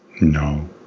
No